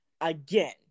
again